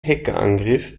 hackerangriff